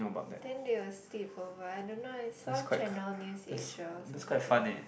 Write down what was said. then they will sleepover I don't know I saw Channel-News-Asia or something